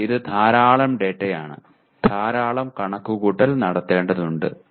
എന്നാൽ ഇത് ധാരാളം ഡാറ്റയാണ് ധാരാളം കണക്കുകൂട്ടലുകൾ നടത്തേണ്ടതുണ്ട്